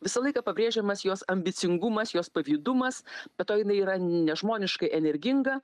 visą laiką pabrėžiamas jos ambicingumas jos pavydumas be to jinai yra nežmoniškai energinga